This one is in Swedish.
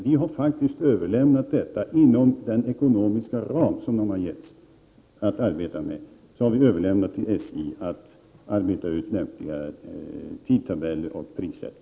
Vi har faktiskt överlämnat till SJ, inom den ekonomiska ram som SJ har fått, att arbeta ut lämpliga tidtabeller och lämplig prissättning.